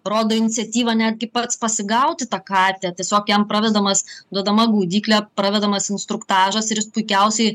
rodo iniciatyvą netgi pats pasigauti tą katę tiesiog jam pravedamas duodama gaudyklė pravedamas instruktažas ir jis puikiausiai